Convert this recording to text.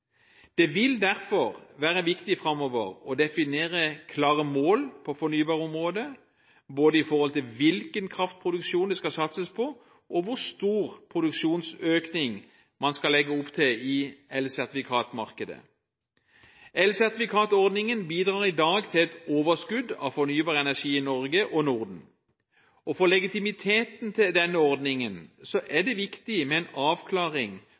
Det vil derfor være viktig framover å definere klare mål på fornybarområdet når det gjelder både hvilken kraftproduksjon det skal satses på, og hvor stor produksjonsøkning man skal legge opp til i elsertifikatmarkedet. Elsertifikatordningen bidrar i dag til et overskudd av fornybar energi i Norge og Norden. For legitimiteten til denne ordningen er det viktig med en avklaring